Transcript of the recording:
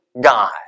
God